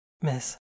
Miss